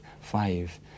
five